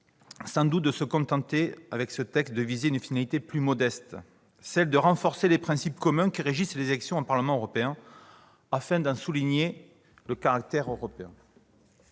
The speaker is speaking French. sans doute de se contenter avec ce texte de viser une finalité plus modeste, à savoir le renforcement des « principes communs qui régissent les élections au Parlement européen, afin d'en souligner le caractère européen